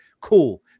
Cool